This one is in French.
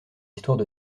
histoires